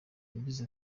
yagize